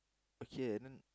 okay and then